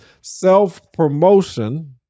Self-promotion